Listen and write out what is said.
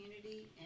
community